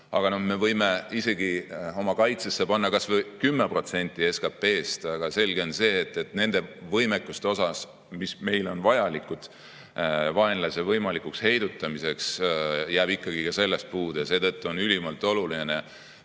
Aga me võime isegi oma kaitsesse panna kas või 10% SKT‑st, aga selge on see, et nendest võimekustest, mis on vajalikud vaenlase võimalikuks heidutamiseks, jääb meil ikkagi puudu. Seetõttu on ülimalt oluline